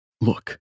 Look